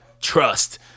trust